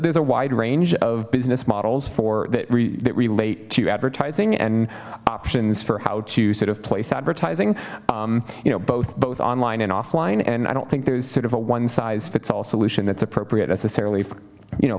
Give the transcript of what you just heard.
there's a wide range of business models for that relate to advertising and options for how to sort of place advertising you know both both online and offline and i don't think there's sort of a one size fits all solution that's appropriate necessarily you know